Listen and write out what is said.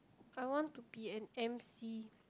I want to be an M_C